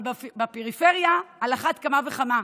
אבל בפריפריה על אחת כמה וכמה.